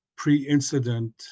pre-incident